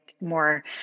more